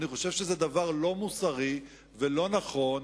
אני חושב שזה דבר לא מוסרי ולא נכון,